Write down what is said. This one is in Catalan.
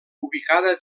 ubicada